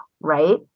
right